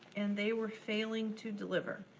and they were failing to deliver.